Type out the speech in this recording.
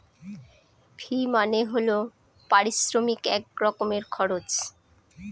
ফি মানে হল পারিশ্রমিক এক রকমের খরচ